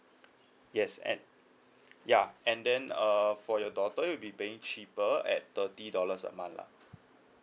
yes and ya and then uh for your daughter will be paying cheaper at thirty dollars a month lah